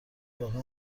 باقی